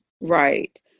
Right